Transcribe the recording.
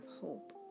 hope